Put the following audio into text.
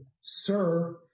sir